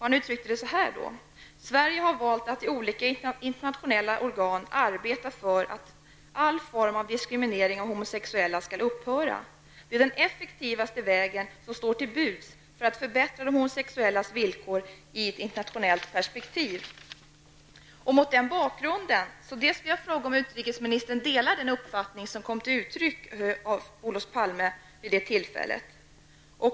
Han uttryckte sig så här: ''Sverige har valt att i olika internationella organ arbeta för att all form av diskriminering av homosexuella skall upphöra. Det är den effektivaste vägen som står till buds för att förbättra de homosexuellas villkor i ett internationellt perspektiv.'' Jag vill då fråga om utrikesministern delar den uppfattning som kom till uttryck i Olof Palmes brev vid det tillfället.